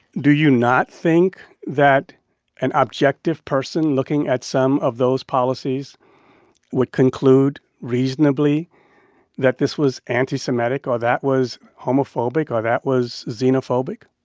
do you not think that an objective person looking at some of those policies would conclude reasonably that this was anti-semitic or that was homophobic or that was xenophobic?